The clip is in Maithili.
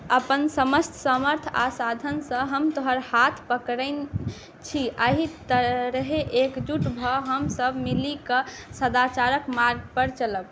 अपन समस्त सामर्थ्य आ साधनसँ हम तोहर हाथ पकड़ने छी आ एहि तरहें एकजुट भऽ हम सभ मिलि कऽ सदाचारक मार्ग पर चलब